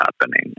happening